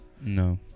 No